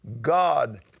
God